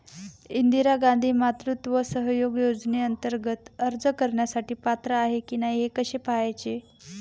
इंदिरा गांधी मातृत्व सहयोग योजनेअंतर्गत अर्ज करण्यासाठी पात्र आहे की नाही हे कसे पाहायचे?